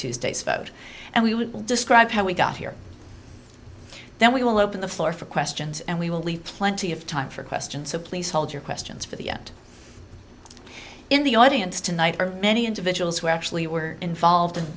tuesday's vote and we would describe how we got here then we will open the floor for questions and we will leave plenty of time for questions so please hold your questions for the end in the audience tonight are many individuals who actually were involved in